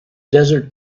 desert